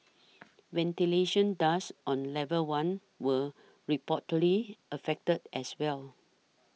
ventilation ducts on level one were reportedly affected as well